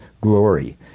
glory